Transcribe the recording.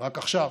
רק עכשיו,